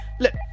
Look